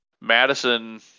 Madison